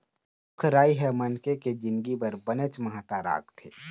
रूख राई ह मनखे के जिनगी बर बनेच महत्ता राखथे